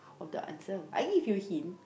of the answer I give you hint